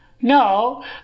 No